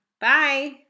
Bye